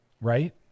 right